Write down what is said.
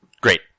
Great